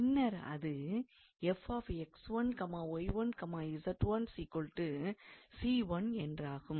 பின்னர் அது 𝑓𝑥1𝑦1𝑧1 𝑐1 என்றாகும்